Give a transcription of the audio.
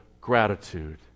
gratitude